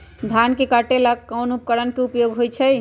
धान के काटे का ला कोंन उपकरण के उपयोग होइ छइ?